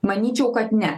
manyčiau kad ne